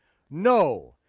no,